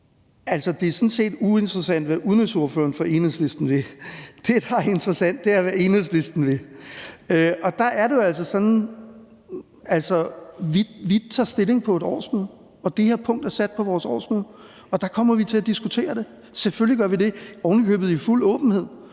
set uinteressant, hvad udenrigsordføreren for Enhedslisten vil. Det, der er interessant, er, hvad Enhedslisten vil, og der er det jo altså sådan, at vi tager stilling til det på et årsmøde, og det her punkt er sat på vores årsmøde. Der kommer vi til at diskutere det, selvfølgelig gør vi det, ovenikøbet i fuld åbenhed.